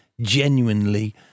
genuinely